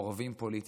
מעורבים פוליטית,